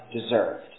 deserved